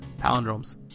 palindromes